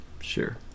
Sure